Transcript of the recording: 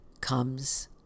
comes